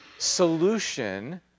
solution